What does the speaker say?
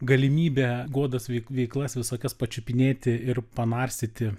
galimybė godas veiklas visokias pačiupinėti ir panarstyti